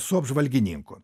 su apžvalgininku